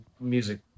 music